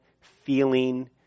feeling